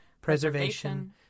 preservation